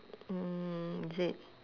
mm is it